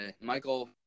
Michael